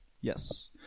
Yes